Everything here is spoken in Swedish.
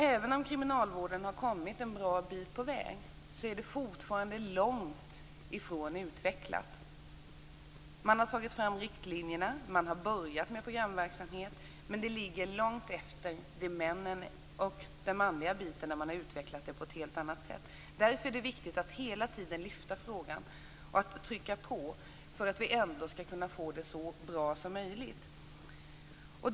Även om kriminalvården har kommit en bra bit på väg är det hela fortfarande långt ifrån utvecklat. Man har tagit fram riktlinjerna och börjat med programverksamhet men det här ligger långt efter den manliga biten som utvecklats på ett helt annat sätt. Därför är det viktigt att hela tiden lyfta fram frågan och att trycka på så att det trots allt blir så bra som möjligt.